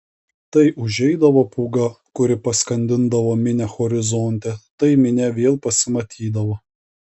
tai užeidavo pūga kuri paskandindavo minią horizonte tai minia vėl pasimatydavo